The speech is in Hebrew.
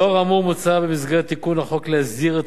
לאור האמור מוצע במסגרת תיקון החוק להסדיר את